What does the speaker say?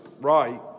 right